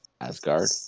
Asgard